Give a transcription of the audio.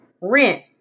rent